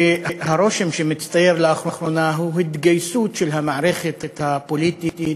שהרושם שמצטייר לאחרונה הוא של התגייסות המערכת הפוליטית,